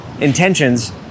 intentions